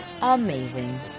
amazing